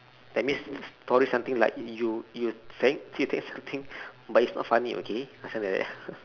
that means probably something like you you sad so you think something but it's not funny okay or something like that